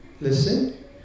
Listen